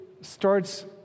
starts